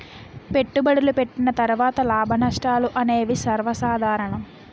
పెట్టుబడులు పెట్టిన తర్వాత లాభనష్టాలు అనేవి సర్వసాధారణం